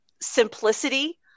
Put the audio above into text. simplicity